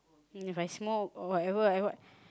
and if I smoke or whatever I what